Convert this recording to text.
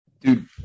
Dude